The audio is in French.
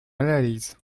analyse